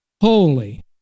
holy